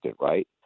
right